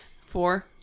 Four